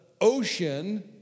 ocean